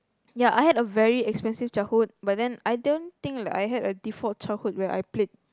ya I had a very expensive childhood but then I don't think that I have a default childhood where I played